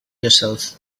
yourself